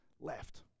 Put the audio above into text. left